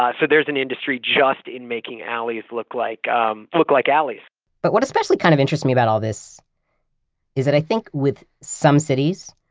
so there's an industry just in making alleys look like um look like alleys but what especially kind of interests me about all this is that i think with some cities,